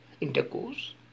intercourse